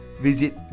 visit